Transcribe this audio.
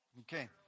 Okay